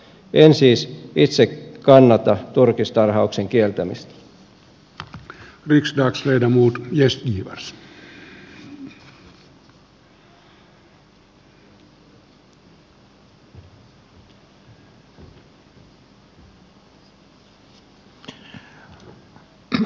en siis itse kannata turkistarhauksen kieltämistä